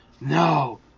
No